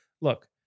look